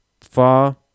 far